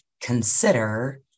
consider